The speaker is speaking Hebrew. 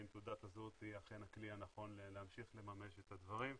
האם תעודת הזהות היא אכן הכלי להמשיך לממש את הדברים,